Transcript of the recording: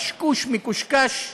קשקוש מקושקש,